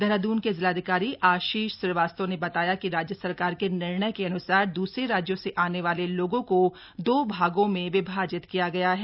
देहरादून के जिलाधिकारी आशीष श्रीवास्तव ने बताया कि राज्य सरकार के निर्णय के अनुसार द्रसरे राज्यों से आने वाले लोगों को दो भागों में विभाजित किया गया है